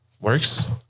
works